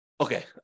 Okay